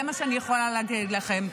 זה מה שאני יכולה להגיד לכם.